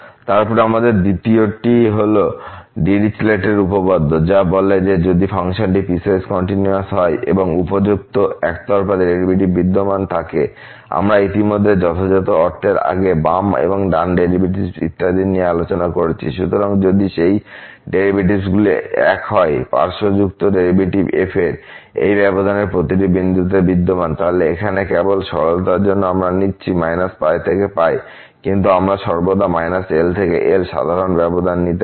তারপরে আমাদের দ্বিতীয়টি হল ডিরিচলেট উপপাদ্য যা বলে যে যদি ফাংশনটি পিসওয়াইস কন্টিনিউয়াস হয় এবং উপযুক্ত একতরফা ডেরিভেটিভস বিদ্যমান থাকে আমরা ইতিমধ্যে যথাযথ অর্থের আগে বাম এবং ডান ডেরিভেটিভস ইত্যাদি নিয়ে আলোচনা করেছি সুতরাং যদি সেই ডেরিভেটিভগুলি এক হয় পার্শ্বযুক্ত ডেরিভেটিভস f এর এই ব্যবধানে প্রতিটি বিন্দুতে বিদ্যমান তাই এখানে কেবল সরলতার জন্য আমরা নিচ্ছি π π কিন্তু আমরা সর্বদা L L থেকে সাধারণ ব্যবধান নিতে পারি